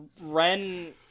Ren